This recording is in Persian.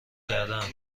کردهاند